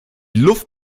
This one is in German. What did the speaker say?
luft